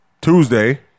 Tuesday